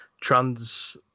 trans